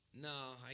No